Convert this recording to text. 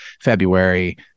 February